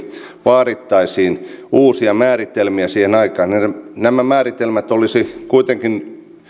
vaadittaisiin uusia määritelmiä siihen nämä määritelmät olisi kuitenkin